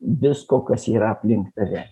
visko kas yra aplink tave